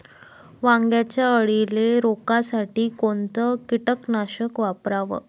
वांग्यावरच्या अळीले रोकासाठी कोनतं कीटकनाशक वापराव?